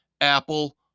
Apple